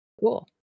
Cool